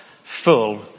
full